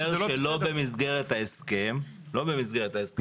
אתה אומר שלא במסגרת ההסכם, לא במסגרת ההסכם.